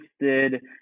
interested